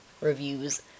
reviews